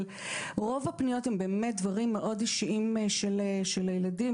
אבל רוב הפניות הן באמת דברים מאוד אישיים של הילדים.